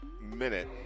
minute